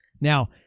now